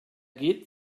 geht